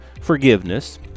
forgiveness